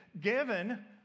given